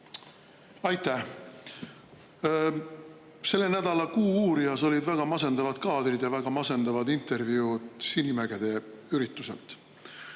Aitäh! Selle nädala "Kuuuurijas" olid väga masendavad kaadrid ja väga masendavad intervjuud Sinimägede ürituselt.